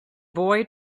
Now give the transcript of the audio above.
boy